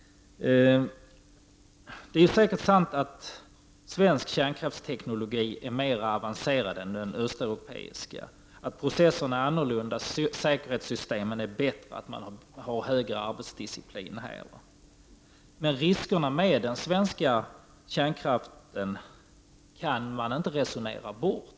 Det är säkert sant att svensk kärnkraftsteknologi är mer avancerad än den östeuropeiska — processen är annorlunda, säkerhetssystemen är bättre och arbetsdisciplinen är bättre i Sverige. Men riskerna med den svenska kärnkraften kan man inte resonera bort.